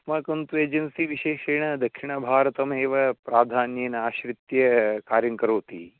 अस्माकं तु एजन्सि विशेषेण दक्षिणभारतमेव प्राधान्येन आश्रित्य कार्यङ्करोति